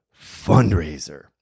fundraiser